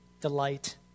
delight